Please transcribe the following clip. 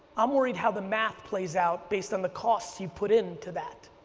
i'm worried how the math plays out based on the costs you put into that.